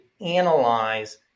analyze